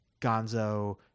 gonzo